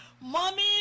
mommy